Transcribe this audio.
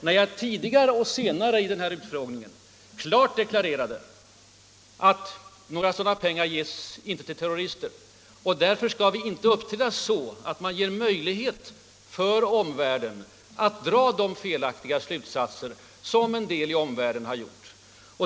Men både tidigare och senare i utfrågningen hade jag deklarerat att jag var övertygad om att några pengar inte givits till terroristerna och att man inte borde uppträda så att man gav möjlighet för omvärlden att dra de felaktiga slutsatser som en del i omvärlden hade gjort.